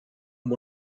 amb